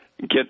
get